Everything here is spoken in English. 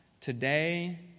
today